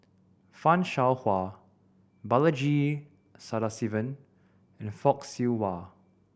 Fan Shao Hua Balaji Sadasivan and Fock Siew Wah